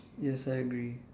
yes I agree